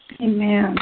Amen